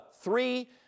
three